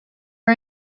are